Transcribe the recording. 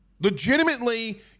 Legitimately